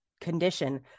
condition